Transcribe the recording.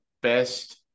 best